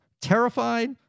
terrified